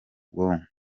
bwonko